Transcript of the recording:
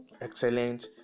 excellent